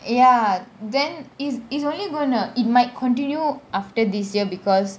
ya then is is only going to it might continue after this year because